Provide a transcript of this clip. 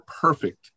perfect